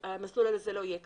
המסלול הזה לא יהיה קיים.